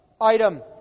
item